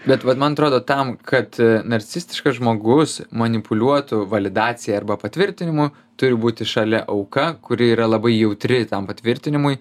bet vat man atrodo tam kad narcisistiškas žmogus manipuliuotų validacija arba patvirtinimu turi būti šalia auka kuri yra labai jautri tam patvirtinimui